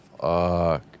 Fuck